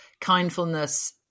kindfulness